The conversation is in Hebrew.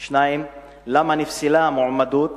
2. למה נפסלה מועמדות?